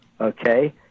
Okay